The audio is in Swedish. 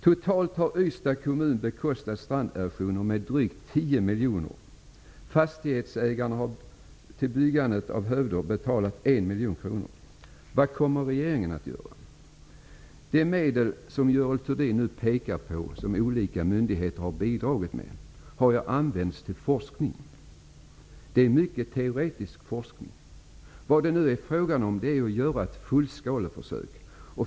Stranderosioner har kostat Ystads kommun totalt 10 miljoner kronor. Fastighetsägarna har betalat 1 miljon kronor för byggandet av hövder. Vad kommer regeringen att göra? De medel som Görel Thurdin anger att olika myndigheter har bidragit med har ju använts till forskning. Det är mycket teoretisk forskning. Nu är det fråga om ett fullskaleförsök.